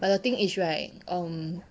but the thing is right um